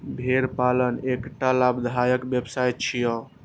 भेड़ पालन एकटा लाभदायक व्यवसाय छियै